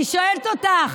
אני שואלת אותך: